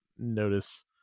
notice